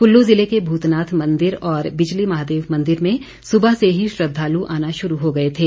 कुल्लू ज़िले के भूतनाथ मंदिर और बिजली महादेव मंदिर में सुबह से ही श्रद्वालु आना शुरू हो गए थे